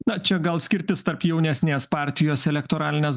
na čia gal skirtis tarp jaunesnės partijos elektoralinės